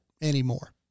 anymore